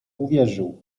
uwierzył